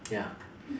ya